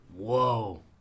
Whoa